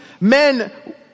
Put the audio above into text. men